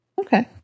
Okay